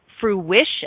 fruition